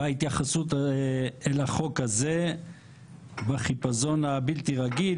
וההתייחסות אל החוק הזה והחיפזון הבלתי רגיל,